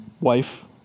wife